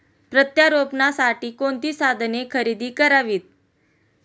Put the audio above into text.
प्रत्यारोपणासाठी कोणती साधने खरेदी करावीत?